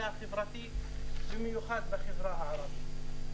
אלא החברתי במיוחד בחברה הערבית.